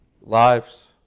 lives